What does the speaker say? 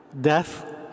death